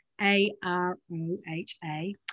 A-R-O-H-A